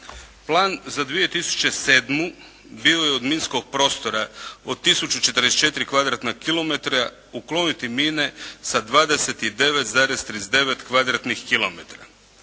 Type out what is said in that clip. Plan za 2007. bio je od minskog prostora od 1044 kvadratna kilometra ukloniti mine sa 29,39